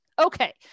Okay